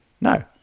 no